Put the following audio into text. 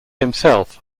himself